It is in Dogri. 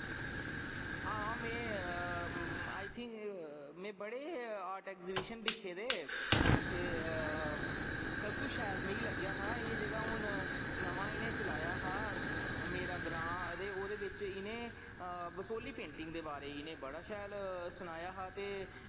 आं में आई थिंक में बड़े आर्ट एग्ज़ीविशन दिक्खे दे ते सब तू शैल मिगी लग्गेआ हा एह् हून नमां इ'नें चलाया हा मेरा ग्रांऽ ते ओह्दे बिच इनें बसोहली पेंटिंग्स दे बारै च इनें इनें बड़ा शैल सनाया हा ते